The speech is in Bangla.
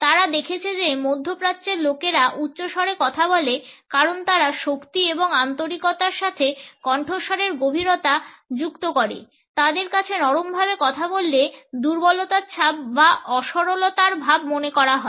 তারা দেখেছে যে মধ্যপ্রাচ্যের লোকেরা উচ্চস্বরে কথা বলে কারণ তারা শক্তি এবং আন্তরিকতার সাথে কণ্ঠস্বরের গভীরতা যুক্ত করে তাদের কাছে নরমভাবে কথা বললে দুর্বলতার ছাপ বা অসরলতার ভাব মনে করা হয়